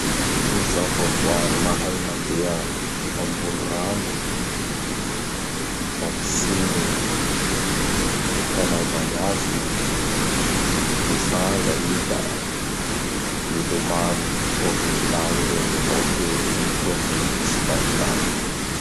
Gny zava-boahary mahay mandeha ambony rano da ny Signe. Ny fanaovany azy? Mitsanga i da milomano hôkin'ny milagno iregny avao fe gny tombokiny mitsikarokaroky.